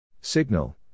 Signal